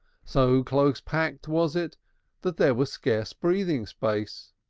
so close packed was it that there was scarce breathing space.